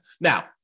Now